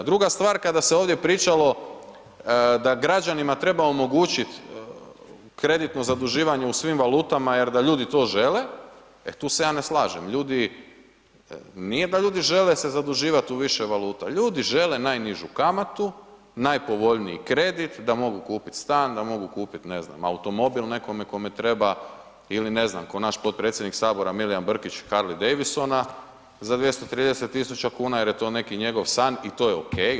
Druga stvar, kada se ovdje pričalo da građanima treba omogućiti kreditno zaduživanje u svim valutama, jer da ljudi to žele, jer tu se ja ne slažem, ljudi nije da ljudi žele se zaduživati se u više valuta, ljudi žele najnižu kamatu, najpovoljniji kredit, da mogu kupiti stan, da mogu kupiti, ne znam, automobil nekome kome treba ili ne znam, ko naš potpredsjednik Sabora Milijan Brkić Harly Davidsona za 230 tisuća kuna, jer je to neki njegov san i to je ok.